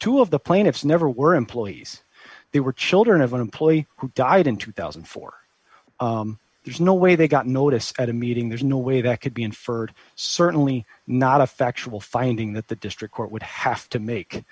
two of the plaintiffs never were employees they were children of an employee who died in two thousand and four there's no way they got notice at a meeting there's no way that could be inferred certainly not a factual finding that the district court would have to make